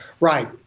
right